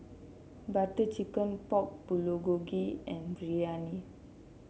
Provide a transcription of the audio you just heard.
Butter Chicken Pork Bulgogi and Biryani